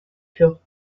pures